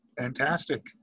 Fantastic